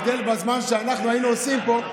ההבדל בזמן שאנחנו היינו עושים פה,